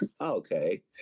Okay